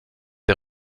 der